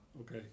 Okay